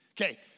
Okay